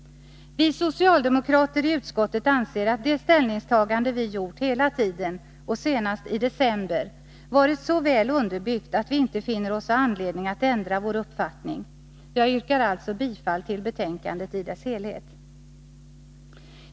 Vi socialdemokrater i utskottet anser att det ställningstagande vi gjort hela tiden, senast i december, varit så väl underbyggt att vi inte finner oss ha anledning att ändra vår uppfattning. Jag yrkar alltså bifall till hemställan i betänkandet i dess helhet.